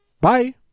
Bye